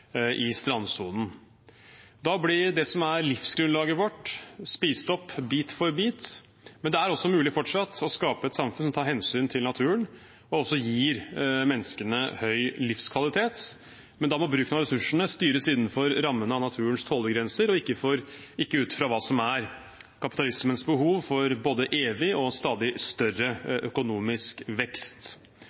strandsonen. Da blir det som er livsgrunnlaget vårt, spist opp bit for bit. Det er fortsatt mulig å skape et samfunn som tar hensyn til naturen, og som også gir menneskene høy livskvalitet, men da må ressursene styres innenfor rammene av naturens tålegrenser og ikke ut fra hva som er kapitalismens behov for både evig og stadig større økonomisk vekst.